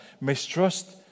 mistrust